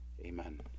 Amen